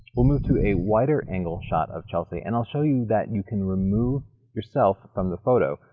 we'll move to a wider angle shot of chelsea and i'll show you that you can remove yourself from the photo.